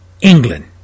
England